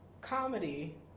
Comedy